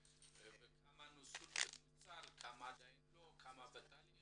כמה נוצל, כמה עדיין לא וכמה בתהליך.